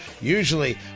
Usually